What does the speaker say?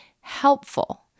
helpful